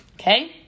okay